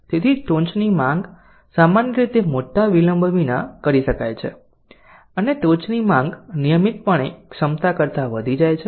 તેથી ટોચની માંગ સામાન્ય રીતે મોટા વિલંબ વિના કરી શકાય છે અને ટોચની માંગ નિયમિતપણે ક્ષમતા કરતાં વધી જાય છે